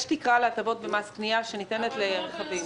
יש תקרה להטבות במס קנייה שניתנת לרכבים.